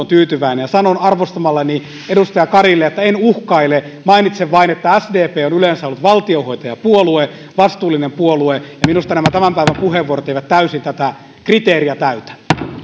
tyytyväinen ja sanon arvostamalleni edustaja karille että en uhkaile mainitsen vain että sdp on yleensä ollut valtionhoitajapuolue vastuullinen puolue ja minusta nämä tämän päivän puheenvuorot eivät täysin tätä kriteeriä täytä